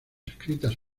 escritas